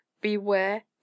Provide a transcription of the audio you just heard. Beware